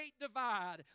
divide